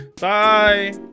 Bye